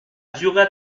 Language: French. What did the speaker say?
dura